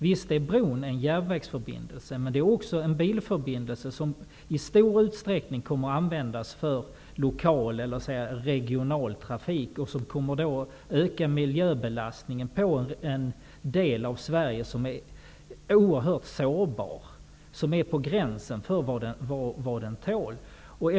Visst är bron en järnvägsförbindelse, men det är också en bilförbindelse, som i stor utsträckning kommer att användas för lokal och regional trafik och som i och med det kommer att öka miljöbelastningen på en del av Sverige som är oerhört sårbar, som nu befinner sig på gränsen för vad den tål.